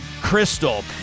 Crystal